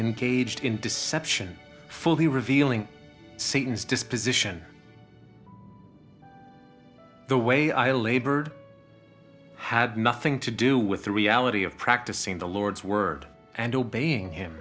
engaged in deception fully revealing satan's disposition the way i labored had nothing to do with the reality of practicing the lord's word and obeying him